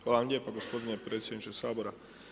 Hvala vam lijepa gospodine predsjedniče Sabora.